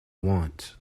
want